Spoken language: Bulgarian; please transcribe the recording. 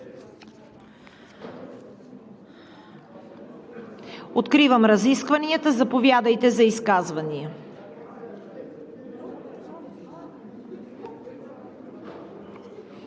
Откривам разискванията. Заповядайте за изказвания.